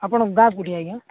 ଆପଣ ଗାଁ କୁଠି ଆଜ୍ଞା